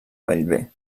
bellver